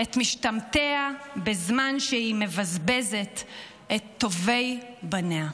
את משתמטיה בזמן שהיא מבזבזת את טובי בניה.